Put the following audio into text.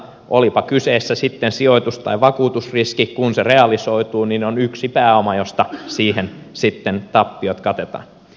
olipa kyseessä sitten sijoitus tai vakuutusriski kun se realisoituu niin on yksi pääoma josta sitten tappiot katetaan